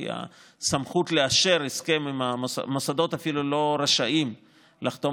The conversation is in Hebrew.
כי הסמכות לאשר הסכם המוסדות אפילו לא רשאים לחתום